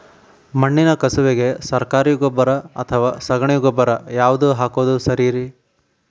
ಮಣ್ಣಿನ ಕಸುವಿಗೆ ಸರಕಾರಿ ಗೊಬ್ಬರ ಅಥವಾ ಸಗಣಿ ಗೊಬ್ಬರ ಯಾವ್ದು ಹಾಕೋದು ಸರೇರಿ?